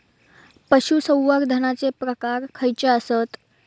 पशुसंवर्धनाचे प्रकार खयचे आसत?